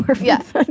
Yes